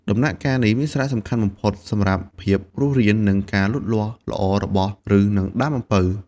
ដំណាក់កាលនេះមានសារៈសំខាន់បំផុតសម្រាប់ភាពរស់រាន និងការលូតលាស់ល្អរបស់ឫស និងដើមអំពៅ។